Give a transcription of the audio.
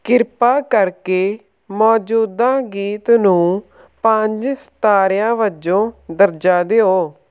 ਕਿਰਪਾ ਕਰਕੇ ਮੌਜੂਦਾ ਗੀਤ ਨੂੰ ਪੰਜ ਸਿਤਾਰਿਆਂ ਵਜੋਂ ਦਰਜਾ ਦਿਓ